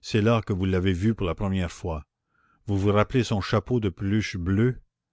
c'est là que vous l'avez vue pour la première fois vous vous rappelez son chapeau de peluche bleue